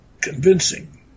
convincing